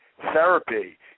therapy